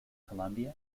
colombia